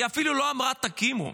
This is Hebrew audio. היא אפילו לא אמרה תקימו,